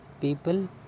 people